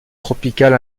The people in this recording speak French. tropicale